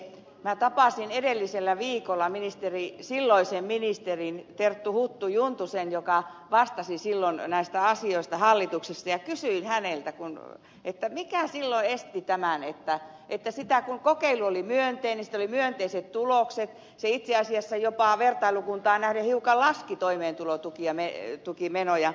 minä tapasin edellisellä viikolla silloisen ministerin terttu huttu juntusen joka vastasi silloin näistä asioista hallituksessa ja kysyin häneltä mikä silloin esti tämän kun kokeilu oli myönteinen siitä oli myönteiset tulokset se itse asiassa jopa vertailukuntaan nähden hiukan laski toimeentulotukimenoja